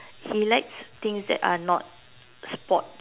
he likes things that are not sports